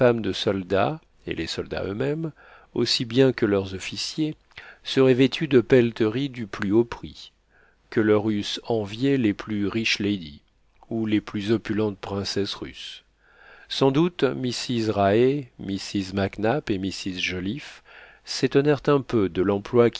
de soldats et les soldats euxmêmes aussi bien que leurs officiers seraient vêtus de pelleteries du plus haut prix que leur eussent enviées les plus riches ladies ou les plus opulentes princesses russes sans doute mrs raë mrs mac nap et mrs joliffe s'étonnèrent un peu de l'emploi